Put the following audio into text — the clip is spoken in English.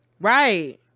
Right